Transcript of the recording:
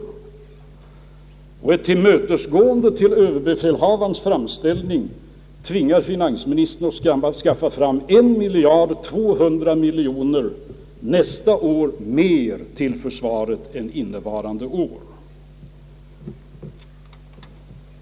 Ett tillmötesgående av överbefälhava rens framställning tvingar finansministern att nästa år skaffa fram 1200 miljoner mer till försvaret än innevarande år.